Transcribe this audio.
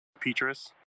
Petrus